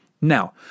Now